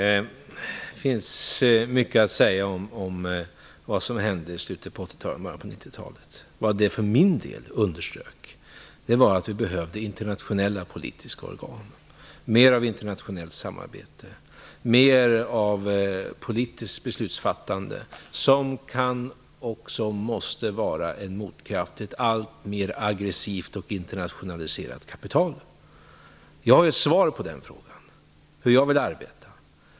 Herr talman! Först vill jag vända mig till Johan Lönnroth. Det finns mycket att säga om vad som hände i slutet av 80-talet och början av 90-talet. Vad det för min del underströk var att vi behövde internationella politiska organ, mera av internationellt samarbete och mera av politiskt beslutsfattande som kan och måste vara en motkraft till ett alltmer aggressivt och internationaliserat kapital. Jag har ett svar på detta och på hur jag vill arbeta.